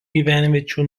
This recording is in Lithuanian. gyvenviečių